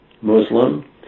Muslim